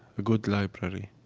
a good library,